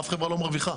אף חברה לא מרוויחה.